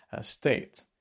state